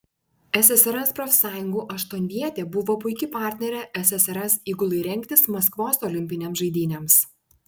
ssrs profsąjungų aštuonvietė buvo puiki partnerė ssrs įgulai rengtis maskvos olimpinėms žaidynėms